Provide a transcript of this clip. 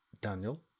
Daniel